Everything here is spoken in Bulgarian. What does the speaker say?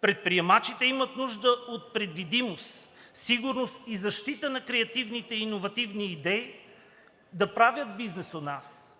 Предприемачите имат нужда от предвидимост, сигурност и защита на креативните и иновативните идеи, да правят бизнес у нас.